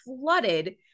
flooded